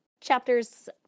chapters